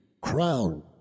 crown